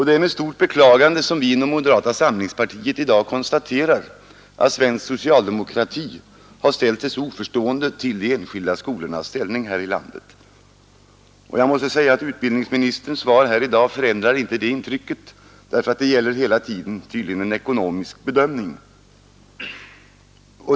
Det är med stort beklagande som vi i moderata samlingspartiet i dag konstaterar att svensk socialdemokrati har ställt sig så oförstående till de enskilda skolornas ställning här i landet. Utbildningsministerns svar här i dag förändrar inte det intrycket, ty det gäller hela tiden tydligen en ekonomisk bedömning.